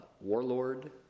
warlord